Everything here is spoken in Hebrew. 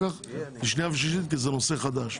כך בקריאה שנייה ושלישית כי זה נושא חדש.